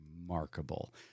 remarkable